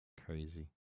Crazy